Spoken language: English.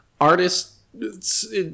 artists